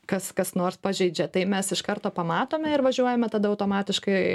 kas kas nors pažeidžia tai mes iš karto pamatome ir važiuojame tada automatiškai